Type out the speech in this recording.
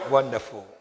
Wonderful